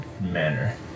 manner